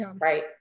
right